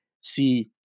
see